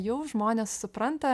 jau žmonės supranta